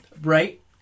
Right